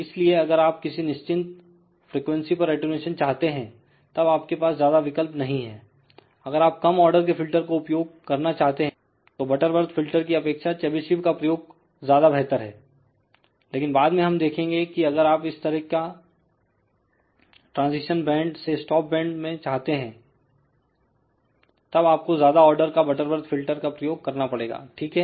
इसलिए अगर आप किसी निश्चित फ्रीक्वेंसी पर अटेंन्यूशन चाहते हैं तब आपके पास ज्यादा विकल्प नहीं है अगर आप कम ऑर्डर के फिल्टर को उपयोग करना चाहते हैं तो बटरबर्थ फिल्टर की अपेक्षा चेबीशेव का प्रयोग ज्यादा बेहतर है लेकिन बाद में हम देखेंगे की अगर आप इस तरह का ट्रांजिशन पास बैंड से स्टॉप बैंड में चाहते हैं तब आपको ज्यादा आर्डर का बटरवर्थ फिल्टर प्रयोग करना पड़ेगा ठीक है